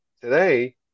today